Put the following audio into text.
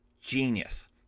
Genius